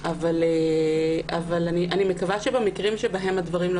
אבל אני מקווה שבמקרים שבהם הדברים לא